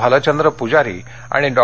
भालचंद्र प्जारी आणि डॉ